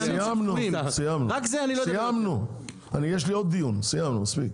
סיימנו, סיימנו יש לי עוד דיון, סיימנו מספיק.